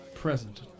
Present